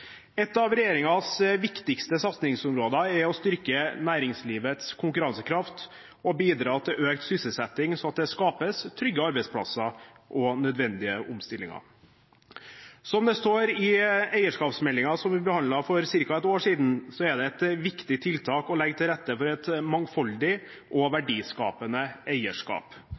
Et av regjeringens viktigste satsingsområder er å styrke næringslivets konkurransekraft og bidra til økt sysselsetting, slik at det skapes trygge arbeidsplasser og nødvendige omstillinger. Som det står i eierskapsmeldingen som vi behandlet for ca. ett år siden, er det et viktig tiltak å legge til rette for et mangfoldig og verdiskapende eierskap.